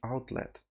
outlet